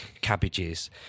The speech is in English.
cabbages